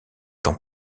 tant